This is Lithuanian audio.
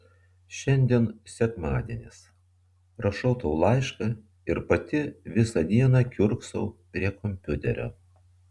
šiandien sekmadienis rašau tau laišką ir pati visą dieną kiurksau prie kompiuterio